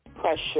pressure